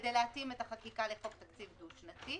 כדי להתאים את החקיקה לחוק תקציב דו-שנתי.